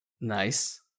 Nice